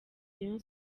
rayon